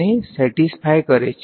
તો નવી કોમ્પ્લીકેશન કરે છે